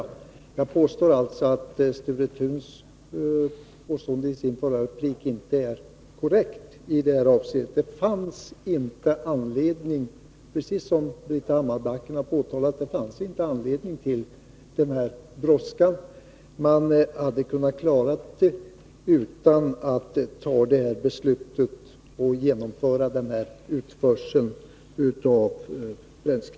Jag påstår alltså att Sture Thuns uppgift i det avseendet i hans förra replik inte är korrekt. Det fanns — som Britta Hammarbacken har påtalat — inte anledning till sådan brådska. Man hade kunnat klara det utan att fatta det här beslutet och genomföra utförseln av bränslet.